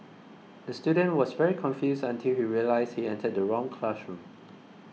the student was very confused until he realised he entered the wrong classroom